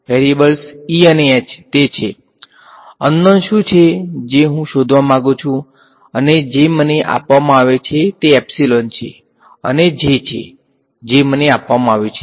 variables E અને H તે છે અન નોન શુ છે જે હું શોધવા માંગુ છું અને જે મને આપવામાં આવે છે તે એપ્સીલોન છે અને J છે જે મને આપવામાં આવ્યું છે